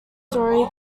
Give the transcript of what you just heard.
story